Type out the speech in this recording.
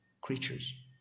creatures